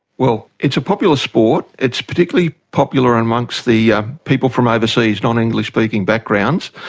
well, it's a popular sport it's particularly popular amongst the yeah people from overseas, non-english-speaking backgrounds,